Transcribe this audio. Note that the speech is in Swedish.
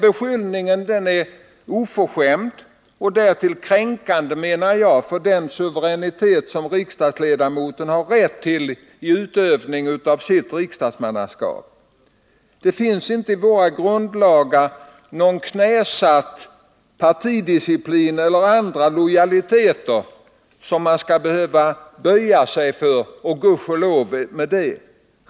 Beskyllningen är oförskämd och därtill en kränkning av den suveränitet som riksdagsledamoten har rätt till i sin utövning av riksdagsmannauppdraget. Det finns inte i våra grundlagar någon knäsatt partidisciplin eller andra lojaliteter som man skall behöva böja sig för. Och gudskelov för det.